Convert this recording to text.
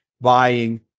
buying